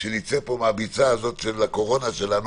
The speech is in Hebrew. כשנצא מהביצה של הקורונה שלנו,